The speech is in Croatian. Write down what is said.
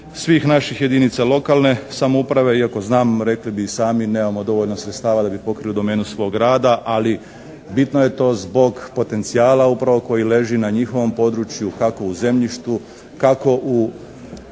svih naših jedinica lokalne samouprave iako znam, rekli bi i sami nemamo dovoljno sredstava da bi pokrili domenu svog rada, ali bitno je to zbog potencijala upravo koji leži na njihovom području kako u zemljištu, kako u